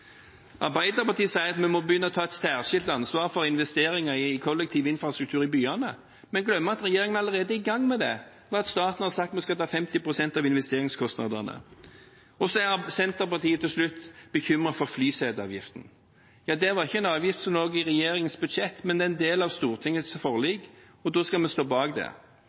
Arbeiderpartiet sier at vi må begynne å ta et særskilt ansvar for investeringer i kollektiv infrastruktur i byene, men glemmer at regjeringen allerede er i gang med det, ved at vi har sagt at staten skal ta 50 pst. av investeringskostnadene. Så er Senterpartiet – til slutt – bekymret for flyseteavgiften. Det var ikke en avgift som lå i regjeringens budsjettforslag, men den er en del av Stortingets forlik, og da skal vi stå bak